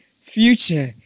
future